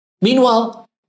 Meanwhile